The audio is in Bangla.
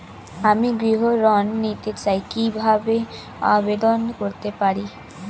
আমি গৃহ ঋণ নিতে চাই কিভাবে আবেদন করতে পারি?